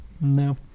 no